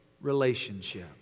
relationship